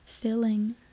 filling